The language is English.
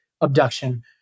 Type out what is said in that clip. abduction